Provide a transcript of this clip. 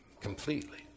completely